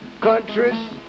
countries